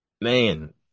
Man